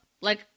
Like-